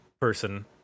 person